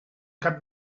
cap